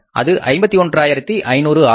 அது 51500 ஆகும்